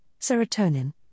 serotonin